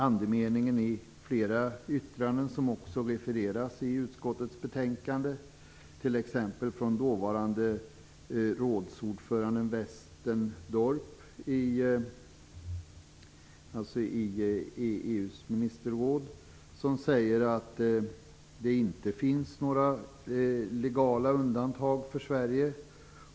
Andemeningen i flera yttranden som refereras i utskottets betänkande, t.ex. i det från dåvarande ordföranden i EU:s ministerråd, Westendorp, är att det inte finns några legala undantag för Sverige.